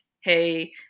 hey